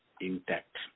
intact